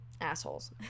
assholes